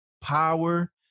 power